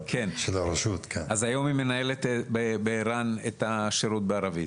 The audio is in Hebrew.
היום מנהלת בער"ן את השירות בערבית,